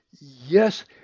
yes